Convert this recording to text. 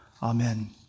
Amen